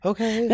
Okay